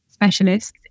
specialists